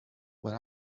when